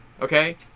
okay